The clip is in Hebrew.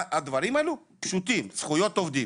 והדברים האלו פשוטים, זכויות עובדים.